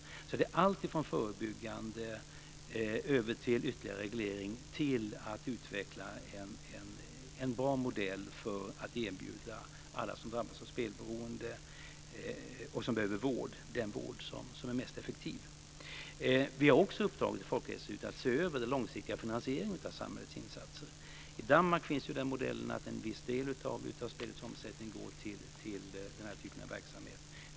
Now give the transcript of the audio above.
Det gäller sålunda allt från förebyggande, över ytterligare reglering, till att utveckla en bra modell för att erbjuda alla som drabbas av spelberoende och som behöver vård den vård som är mest effektiv. Vi har också uppdragit åt Folkhälsoinstitutet att se över den långsiktiga finansieringen av samhällets insatser. I Danmark finns ju den modellen att en viss del av spelens omsättning går till den här typen av verksamhet.